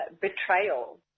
betrayal